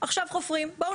עכשיו חופרים פה למטה.